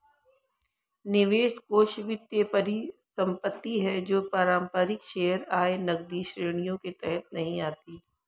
निवेश कोष वित्तीय परिसंपत्ति है जो पारंपरिक शेयर, आय, नकदी श्रेणियों के तहत नहीं आती